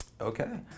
Okay